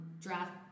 draft